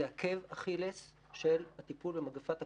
זה עקב אכילס של הטיפול במגפת הקורונה.